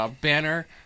banner